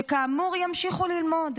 שכאמור ימשיכו ללמוד.